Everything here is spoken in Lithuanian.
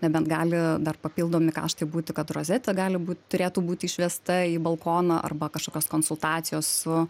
nebent gali dar papildomi kaštai būti kad rozetė gali būt turėtų būti išvesta į balkoną arba kažkokios konsultacijos su